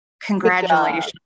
congratulations